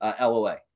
LOA